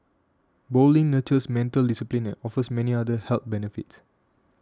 bowling nurtures mental discipline and offers many other health benefits